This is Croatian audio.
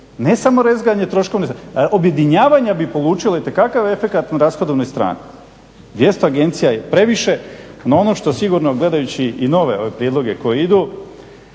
ne samo rezanje troškovne strane. Objedinjavanja bi polučila itekakav efekat na rashodovnoj strani. 200 agencija je previše. No ono što sigurno gledajući i nove ove prijedloge koji idu